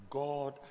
god